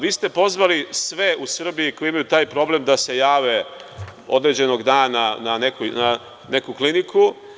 Vi ste pozvali sve u Srbiji koji imaju taj problem da se jave određenog na neku kliniku.